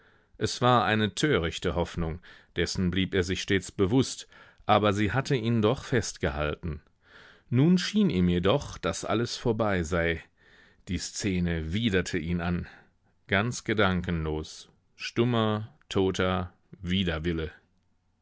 es war eine törichte hoffnung dessen blieb er sich stets bewußt aber sie hatte ihn doch festgehalten nun schien ihm jedoch daß alles vorbei sei die szene widerte ihn an ganz gedankenlos stummer toter widerwille